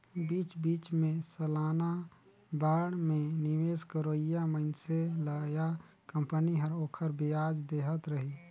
बीच बीच मे सलाना बांड मे निवेस करोइया मइनसे ल या कंपनी हर ओखर बियाज देहत रही